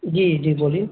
جی جی بولیے